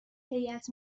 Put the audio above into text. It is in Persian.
هیات